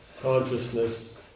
consciousness